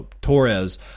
Torres